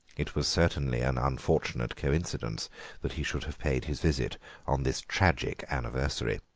it was certainly an unfortunate coincidence that he should have paid his visit on this tragic anniversary.